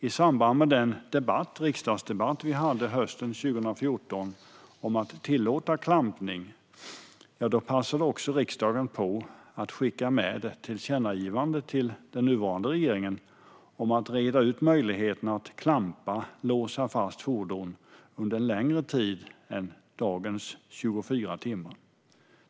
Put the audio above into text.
I samband med riksdagsdebatten under hösten 2014 om att tillåta klampning passade också riksdagen på att rikta ett tillkännagivande till den nuvarande regeringen om att utreda möjligheterna att klampa, låsa fast, fordon under längre tid än dagens 24 timmar.